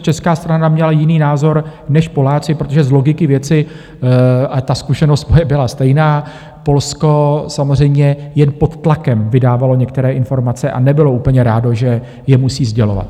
Ale pokud by česká strana měla jiný názor než Poláci, protože z logiky věci, a ta zkušenost moje byla stejná, Polsko samozřejmě jen pod tlakem vydávalo některé informace a nebylo úplně rádo, že je musí sdělovat.